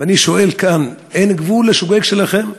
אני שואל כאן: אין גבול לשוגג שלכם?